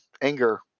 anger